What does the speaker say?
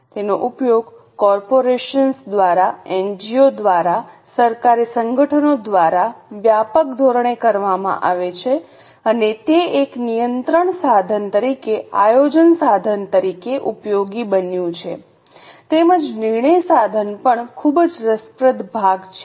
તેનો ઉપયોગ કોર્પોરેશનો દ્વારા એનજીઓ દ્વારા સરકારી સંગઠનો દ્વારા વ્યાપક ધોરણે કરવામાં આવે છે અને તે એક નિયંત્રણ સાધન તરીકે આયોજન સાધન તરીકે ઉપયોગી બન્યું છે તેમજ નિર્ણય સાધન પણ ખૂબ જ રસપ્રદ ભાગ છે